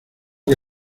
que